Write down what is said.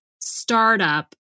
startup